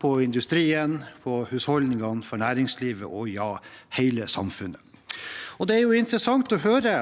for industrien, for husholdningene, for næringslivet – ja, for hele samfunnet. Det er interessant å høre